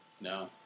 no